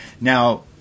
Now